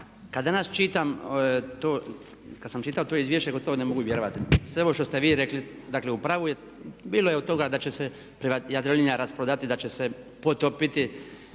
kad sam čitao to izvješće gotovo ne mogu vjerovati. Sve ovo što ste vi rekli, dakle u pravu je, bilo je od toga da će se Jadrolinija rasprodati, da će se potopiti.